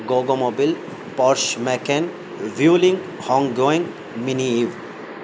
گوگ mobile پارش میکین ویولگ ہانگ گوئینگ منی ایو